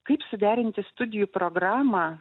kaip suderinti studijų programą